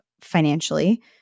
financially